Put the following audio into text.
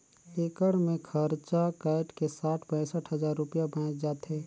एकड़ मे खरचा कायट के साठ पैंसठ हजार रूपिया बांयच जाथे